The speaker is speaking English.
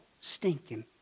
stinking